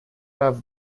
have